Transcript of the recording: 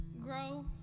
grow